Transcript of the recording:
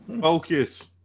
Focus